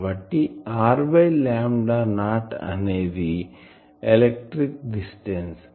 కాబట్టి r 0 అనేది electric distance